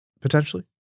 potentially